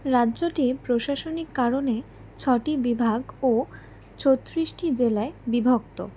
রাজ্যটি প্রশাসনিক কারণে ছটি বিভাগ ও ছত্রিশটি জেলায় বিভক্ত